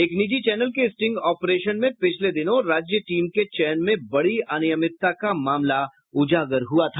एक निजी चैनल के स्टिंग ऑपरेशन में पिछले दिनों राज्य टीम के चयन में बड़ी अनियमितता का मामला उजागर हुआ था